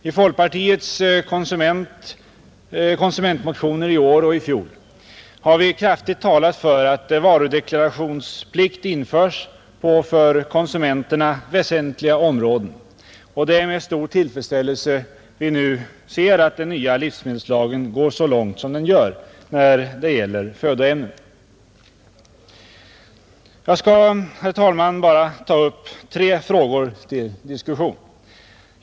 I folkpartiets konsumentmotioner i år och i fjol har vi kraftigt talat för att varudeklarationsplikt införs på för konsumenterna väsentliga områden, och det är med stor tillfredsställelse vi nu ser att den nya livsmedelslagen går så långt som den gör när det gäller födoämnen. Jag skall, herr talman, bara ta upp tre frågor till diskussion.